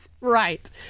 Right